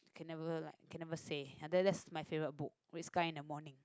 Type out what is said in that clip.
can never like can never say ya that that is my favourite book red sky in the morning